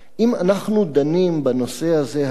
אם אנחנו דנים בנושא הזה היום,